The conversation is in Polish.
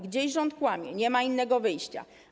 Gdzieś rząd kłamie, nie ma innego wyjścia.